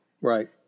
Right